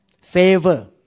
Favor